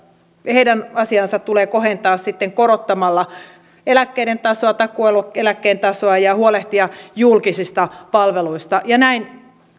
heidän asiaansa tulee kohentaa sitten korottamalla eläkkeiden tasoa takuueläkkeen tasoa ja huolehtia julkisista palveluista näin